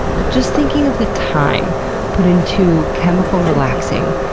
but just thinking of the time put into chemical relaxing,